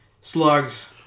Slugs